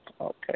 Okay